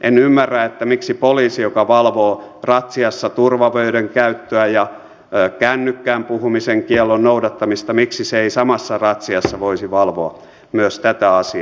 en ymmärrä miksi poliisi joka valvoo ratsiassa turvavöiden käyttöä ja kännykkään puhumisen kiellon noudattamista ei samassa ratsiassa voisi valvoa myös tätä asiaa